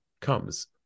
comes